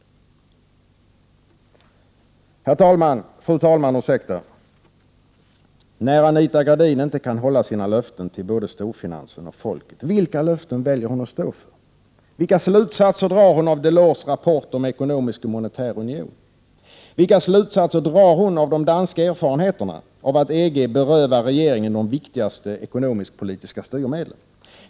Fru talman! När Anita Gradin inte kan hålla sina löften till både storfinansen och folket, vilka löften väljer hon att stå för? Vilka slutsatser drar hon av Delors rapport om ekonomisk och monetär union? Vilka slutsatser drar hon av de danska erfarenheterna av att EG berövar regeringen de viktigaste ekonomisk-politiska styrmedlen?